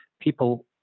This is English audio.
people